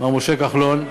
מר משה כחלון,